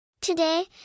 Today